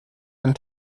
and